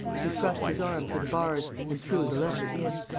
he thrust his arm through the bars and threw the letter in.